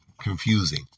confusing